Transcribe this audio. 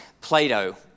Plato